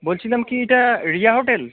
বলছিলাম কি এটা রিয়া হোটেল